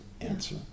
answer